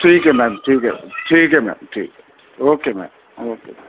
ٹھیک ہے میم ٹھیک ہے ٹھیک ہے میم ٹھیک ہے اوکے میم اوکے